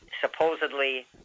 supposedly